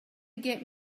get